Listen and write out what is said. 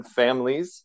families